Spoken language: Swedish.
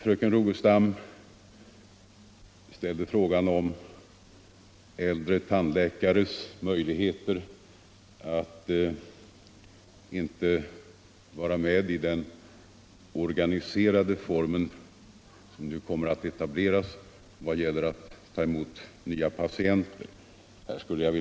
Fröken Rogestam ställde frågan om äldre tandläkares möjligheter att inte vara med i den organiserade form som nu kommer att etableras i vad gäller att ta emot nya patienter.